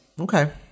okay